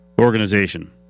organization